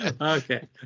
okay